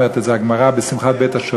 אומרת את זה הגמרא על שמחת בית-השואבה.